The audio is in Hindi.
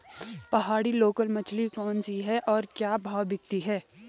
पहाड़ी लोकल मछली कौन सी है और क्या भाव बिकती है?